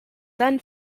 then